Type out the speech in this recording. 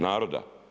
Naroda?